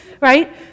right